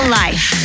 life